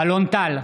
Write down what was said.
אלון טל,